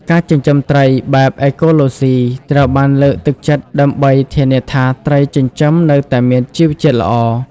ការចិញ្ចឹមត្រីបែប អេកូឡូស៊ី ត្រូវបានលើកទឹកចិត្តដើម្បីធានាថាត្រីចិញ្ចឹមនៅតែមានជីវជាតិល្អ។ (